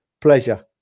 Pleasure